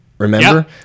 Remember